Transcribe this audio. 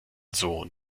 sohn